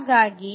ಹಾಗಾಗಿ